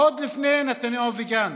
עוד לפני נתניהו וגנץ,